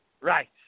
Right